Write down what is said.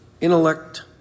intellect